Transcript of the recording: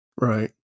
Right